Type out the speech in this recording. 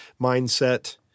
mindset